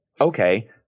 okay